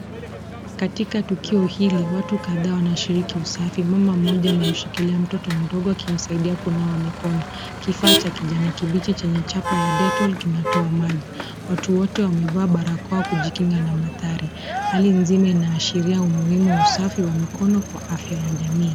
Katika tukio hili, watu kadhaa wanashiriki usafi. Mama moja amemshikilia mtoto mdogo akimsaidia kunawa mikono. Kifaa cha kijani kibichi chenye chapa ya dettol kinatoa maji. Watu wote wamevaa barakoa kujikinga na mathari. Hali nzima inaashiria umuhimu wa usafi wa mikono kwa afya ya jamii.